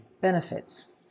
Benefits